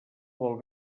vol